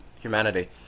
humanity